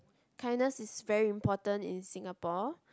kindness is very important in Singapore